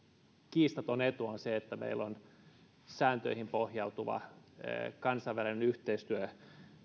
kiistaton etu on se että meillä on sääntöihin pohjautuvaa kansainvälistä yhteistyötä